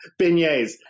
beignets